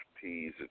Peas